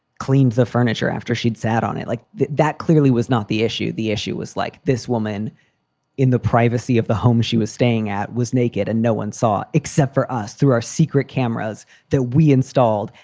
cleaned the furniture after she'd sat on it like that. clearly was not the issue. the issue was like this woman in the privacy of the home she was staying at was naked and no one saw except for us through our secret cameras that we installed.